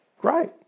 Great